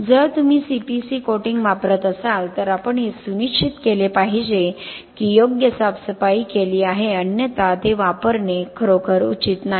जर तुम्ही CPC coating वापरत असाल तर आपण हे सुनिश्चित केले पाहिजे की योग्य साफसफाई केली आहे अन्यथा ते वापरणे खरोखर उचित नाही